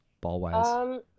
ball-wise